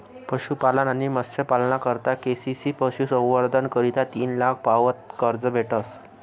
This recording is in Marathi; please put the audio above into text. पशुपालन आणि मत्स्यपालना करता के.सी.सी पशुसंवर्धन करता तीन लाख पावत कर्ज भेटस